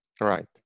right